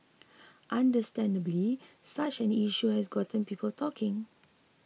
understandably such an issue has gotten people talking